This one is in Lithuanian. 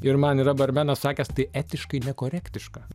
ir man yra barmenas sakęs tai etiškai nekorektiška